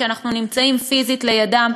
כי אנחנו נמצאים פיזית לידם,